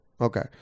Okay